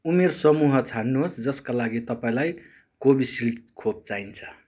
उमेर समूह छान्नुहोस् जसका लागि तपाईँँलाई कोभिसिल्ड खोप चाहिन्छ